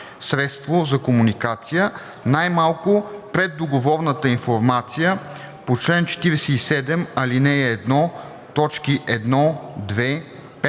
средство за комуникация най-малко преддоговорната информация по чл. 47, ал. 1, т.